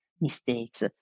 mistakes